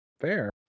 Fair